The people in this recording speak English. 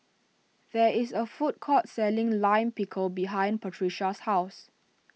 there is a food court selling Lime Pickle behind Patricia's house